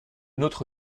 nôtre